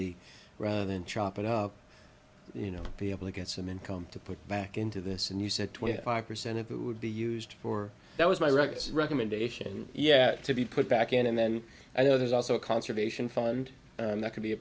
be rather than chop it up you know be able to get some income to put back into this and you said twenty five percent of it would be used for that was my records recommendation yet to be put back in and then i know there's also a conservation fund that could be a